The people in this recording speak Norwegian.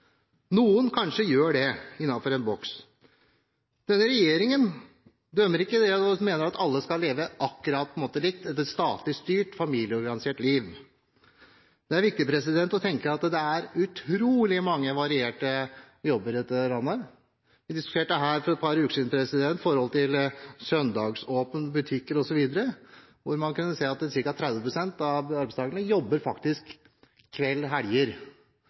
Noen gjør det kanskje innenfor en boks. Denne regjeringen dømmer ikke det og mener at alle skal leve akkurat likt – leve et statlig styrt, familieorganisert liv. Det er viktig å huske at det er utrolig mange varierte jobber i dette landet. Her for et par uker siden diskuterte vi søndagsåpne butikker osv., og vi kunne se at ca. 30 pst. av arbeidstakerne faktisk jobber kveld og helger.